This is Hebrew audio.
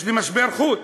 יש לי משבר חוץ,